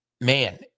Man